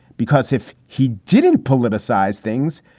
because if he didn't politicize things,